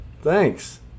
Thanks